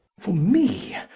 for me?